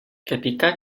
ketika